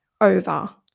over